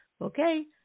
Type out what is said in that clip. Okay